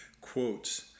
quotes